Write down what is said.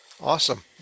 awesome